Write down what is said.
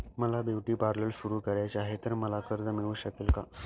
मला beauty parlour सुरू करायचे आहे तर मला कर्ज मिळू शकेल का?